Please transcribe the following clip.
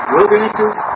Wildernesses